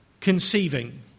conceiving